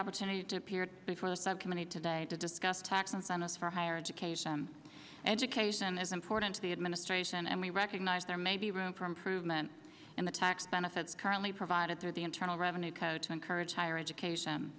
opportunity to appear before the subcommittee today to discuss tax incentives for higher education education is important to the administration and we recognize there may be room for improvement in the tax benefits currently provided through the internal revenue code to encourage higher education